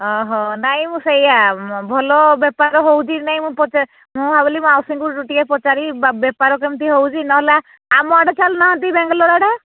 ଅହୋ ନାଇଁ ମୁଁ ସେଇଆ ଭଲ ବେପାର ହେଉଛି ନାଇଁ ମୁଁ ପାଚାର ମୁଁ ଭାବିଲି ମୁଁ ମାଉସୀଙ୍କୁ ଟିକେ ପଚାରି ବେପାର କେମିତି ହଉଚି ନହେଲା ଆମ ଆଡ଼େ ଚାଲୁନାହାନ୍ତି ବେଙ୍ଗଲୋର ଆଡ଼େ